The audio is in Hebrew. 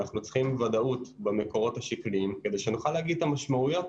ודאות במקורות השקליים כדי שנוכל להגיד את המשמעויות